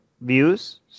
views